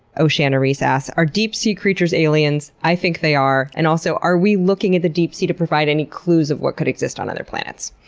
oceana rhyse ah are deep sea creatures aliens? i think they are. and also are we looking at the deep sea to provide any clues of what could exist on other planets?